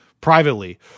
privately